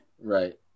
Right